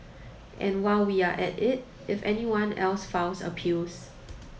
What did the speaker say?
and while we're at it if anyone else files appeals